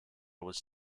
was